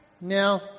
Now